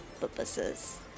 purposes